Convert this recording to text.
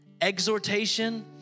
exhortation